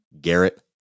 Garrett